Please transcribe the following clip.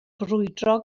brwydro